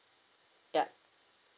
yup